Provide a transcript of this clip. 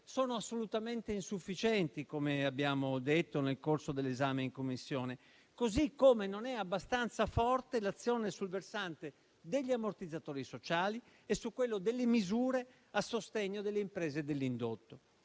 sono assolutamente insufficienti, come abbiamo detto nel corso dell'esame in Commissione. Così come non è abbastanza forte l'azione sul versante degli ammortizzatori sociali e su quello delle misure a sostegno delle imprese dell'indotto.